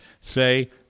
say